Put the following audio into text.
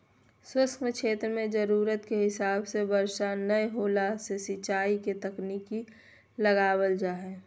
शुष्क क्षेत्र मे जरूरत के हिसाब से बरसा नय होला से सिंचाई के तकनीक लगावल जा हई